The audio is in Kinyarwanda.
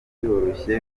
byoroshye